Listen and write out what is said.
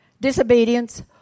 disobedience